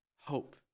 hope